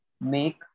make